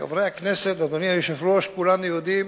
חברי הכנסת, אדוני היושב-ראש, כולנו יודעים,